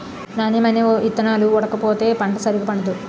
నాణ్యమైన ఇత్తనాలు ఓడకపోతే పంట సరిగా పండదు